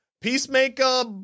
Peacemaker